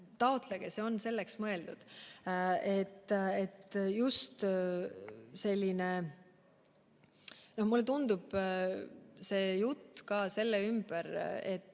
taotlege, see on selleks mõeldud. Just selline, mulle tundub, jutt selle ümber, et